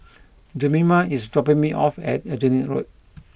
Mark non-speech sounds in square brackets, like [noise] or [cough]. [noise] Jemima is dropping me off at Aljunied Road